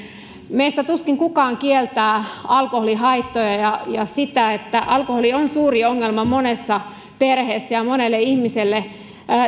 meistä tuskin kukaan kieltää alkoholihaittoja ja sitä että alkoholi on suuri ongelma monessa perheessä ja monelle ihmiselle